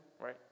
right